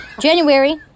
January